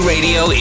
radio